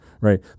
Right